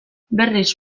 berriz